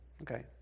Okay